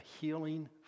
healing